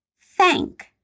Thank